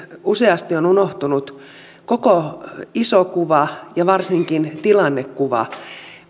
useasti on unohtunut koko iso kuva ja varsinkin tilannekuva